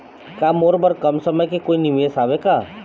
का मोर बर कम समय के कोई निवेश हावे का?